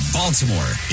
Baltimore